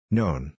Known